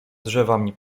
drzewami